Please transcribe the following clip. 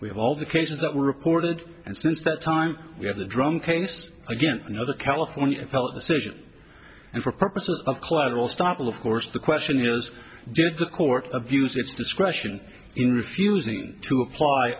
we have all the cases that were reported and since that time we have the drum case again another california decision and for purposes of collateral stoppel of course the question is did the court abused its discretion in refusing to apply